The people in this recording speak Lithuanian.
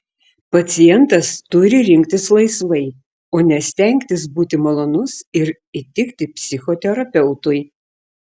pacientas turi rinktis laisvai o ne stengtis būti malonus ir įtikti psichoterapeutui